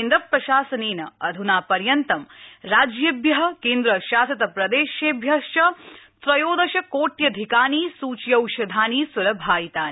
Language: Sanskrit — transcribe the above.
केन्द्रप्रशासनेन अधना पर्यन्त राज्येभ्य केन्द्रशासित प्रदेशेभ्यश्च त्रयोदश कोट्यधिकानि सुच्यौषधानि सुलभायितानि